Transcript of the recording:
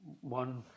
one